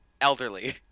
elderly